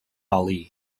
ali